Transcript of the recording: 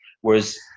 Whereas